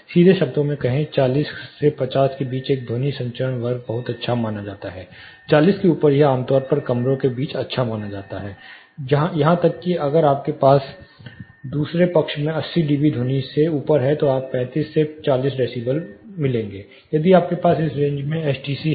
सीधे शब्दों में कहें चालीस से 50 के बीच का एक ध्वनि संचरण वर्ग बहुत अच्छा माना जाता है चालीस से ऊपर यह आमतौर पर कमरों के बीच अच्छा माना जाता है यहां तक कि अगर आपके पास दूसरे पक्ष में 80 डीबी ध्वनि से ऊपर है तो आपको 35 से 40 डेसिबल मिलेंगे यदि आपके पास इस रेंज में एसटीसी है